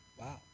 Wow